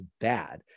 bad